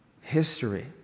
history